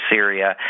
Syria